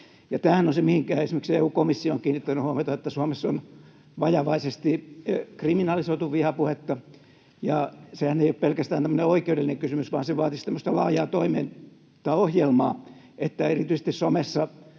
tämähän on se, mihinkä esimerkiksi EU:n komissio on kiinnittänyt huomiota, että Suomessa on vajavaisesti kriminalisoitu vihapuhetta. Sehän ei ole pelkästään oikeudellinen kysymys, vaan se vaatisi tämmöistä laajaa toimintaohjelmaa, että erityisesti somessa